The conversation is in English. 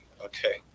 Okay